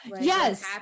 Yes